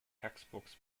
textbooks